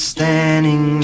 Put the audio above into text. Standing